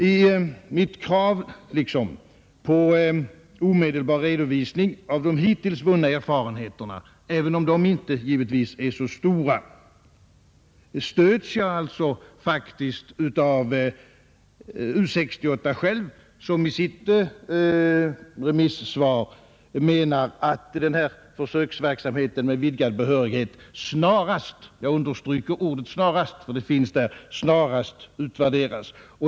I mitt krav på omedelbar redovisning av de hittills vunna erfarenheterna — låt vara att dessa givetvis inte är så omfattande — stöds jag också av U 68 själv, som i sitt remissvar menar att försöksverksamheten med vidgad behörighet snarast — jag understryker att det står snarast — bör utvärderas.